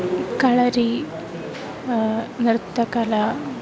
kalari नर्तनकला